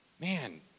man